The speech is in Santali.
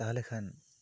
ᱛᱟᱦᱚᱞᱮ ᱠᱷᱟᱱ